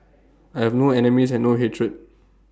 I have no enemies and no hatred